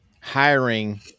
hiring